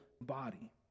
body